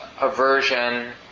aversion